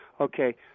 Okay